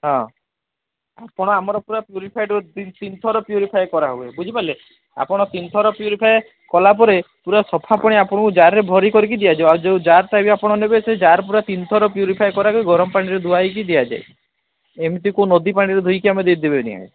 ହଁ ଆପଣ ଆମର ପୁରା ପ୍ୟୁରିଫାଏଡ୍ର ଦୁଇ ତିନି ଥର ପ୍ୟୁରିଫାଏ କରାହୁଏ ବୁଝିପାରିଲେ ଆପଣ ତିନି ଥର ପ୍ୟୁରିଫାଏ କଲାପରେ ପୁରା ସଫା ପାଣି ଆପଣଙ୍କୁ ଜାର୍ରେ ଭରିକରିକି ଦିଆଯିବ ଆଉ ଯୋଉ ଜାର୍ଟା ବି ଆପଣ ନେବେ ସେଇ ଜାର୍ ପୁରା ତିନି ଥର ପ୍ୟୁରିଫାଏ କରାହୋଇକି ଗରମ ପାଣିରେ ଧୁଆ ହୋଇକି ଦିଆଯାଏ ଏମିତି କୋଉ ନଦୀ ପାଣିରେ ଧୋଇକି ଆମେ ଦେଇ ଦେବେନି ଆଜ୍ଞା